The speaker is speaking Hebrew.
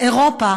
אירופה